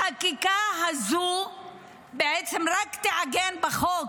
החקיקה הזאת בעצם רק תעגן בחוק,